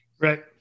Right